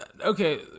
Okay